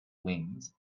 wings